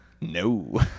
No